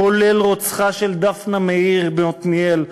כולל רוצחה של דפנה מאיר בעתניאל,